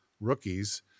rookies